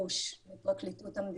מהפרקליטות.